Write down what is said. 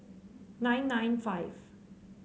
nine nine five